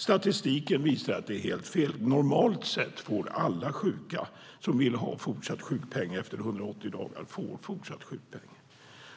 Statistiken visar att det är helt fel. Normalt sett får alla sjuka fortsatt sjukpenning efter 180 dagar om de vill ha det.